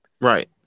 Right